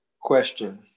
question